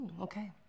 Okay